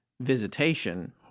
visitation